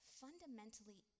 fundamentally